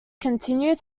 continue